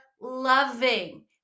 loving